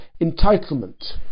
entitlement